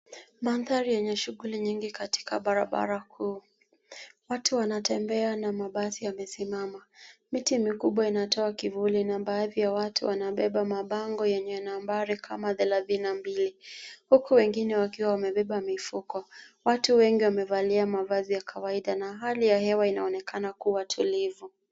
Mandhari yenye shughuli nyingi katika barabara kuu. Watu wanatembea na mabasi yamesimama. Miti mikubwa inatoa kivuli na baadhi ya watu wanabeba mabango yenye nambari kama thelathini na mbili, huku wengine wakiwa wamebeba mifuko. Watu wengi wamevalia mavazi ya kawaida na hali ya hewa inaonekana kuwa tulivu.